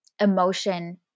emotion